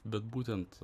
bet būtent